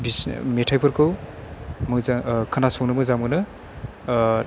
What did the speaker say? बिसोरनि मेथाइफोरखौ मोजां खोनासंनो मोजां मोनो